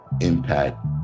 impact